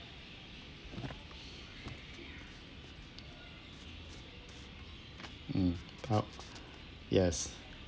mm park yes